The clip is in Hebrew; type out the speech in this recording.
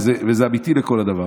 וזה אמיתי לכל דבר.